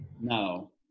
no